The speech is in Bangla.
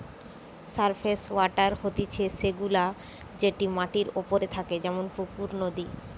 সারফেস ওয়াটার হতিছে সে গুলা যেটি মাটির ওপরে থাকে যেমন পুকুর, নদী